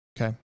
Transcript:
Okay